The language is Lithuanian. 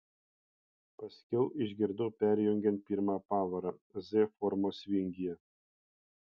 paskiau išgirdau perjungiant pirmą pavarą z formos vingyje